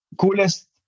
coolest